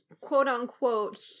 quote-unquote